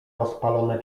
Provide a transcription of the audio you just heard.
rozpalone